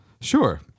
Sure